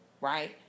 right